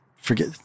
Forget